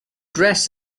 dress